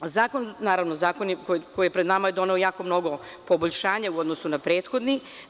Naravno, zakon koji je pred nama je doneo jako mnogo poboljšanja u odnosu na prethodni.